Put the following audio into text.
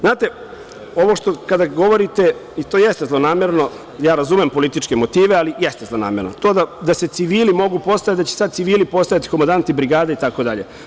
Znate, ovo kada govorite, i to jeste zlonamerno, ja razumem političke motive ali jeste zlonamerno, to da se civili mogu postavljati, da će sad civili postajati komandati brigade itd.